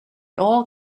all